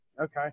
Okay